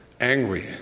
angry